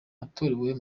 atorerwa